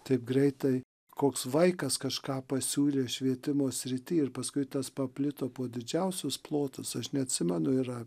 taip greitai koks vaikas kažką pasiūlė švietimo srity ir paskui tas paplito po didžiausius plotus aš neatsimenu ir